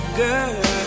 girl